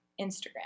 Instagram